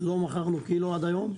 לא מכרנו קילו עד היום,